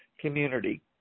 community